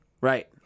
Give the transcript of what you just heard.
Right